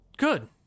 good